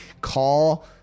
Call